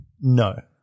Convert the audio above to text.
No